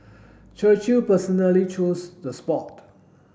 Churchill personally chose the spot